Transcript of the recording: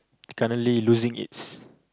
currently losing its